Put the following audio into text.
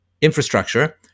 infrastructure